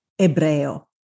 Ebreo